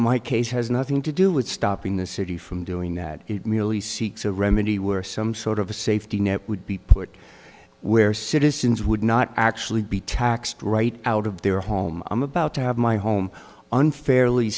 my case has nothing to do with stopping the city from doing that it merely seeks a remedy were some sort of a safety net would be put where citizens would not actually be taxed right out of their home i'm about to have my home unfairly